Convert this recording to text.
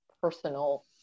personal